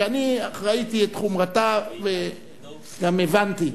שאני ראיתי את חומרתה, וגם הבנתי,